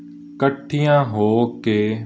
ਇਕੱਠੀਆਂ ਹੋ ਕੇ